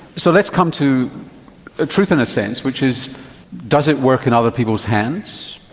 so let's come to a truth in a sense which is does it work in other people's hands,